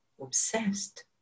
obsessed